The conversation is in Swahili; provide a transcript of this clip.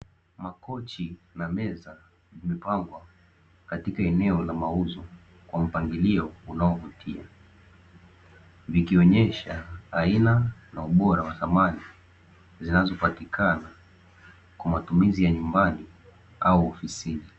Makochi na meza, vimepangwa katika eneo la mauzo kwa mpangilio unaovutia, vikionyesha aina na ubora wa samani zinazopatikana kwa matumizi ya nyumbani au ofisini.